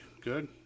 Good